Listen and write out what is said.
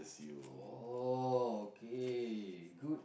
oh okay good